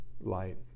light